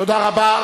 תודה רבה.